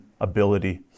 ability